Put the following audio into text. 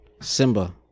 simba